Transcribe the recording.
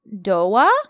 doa